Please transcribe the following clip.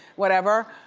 whatever.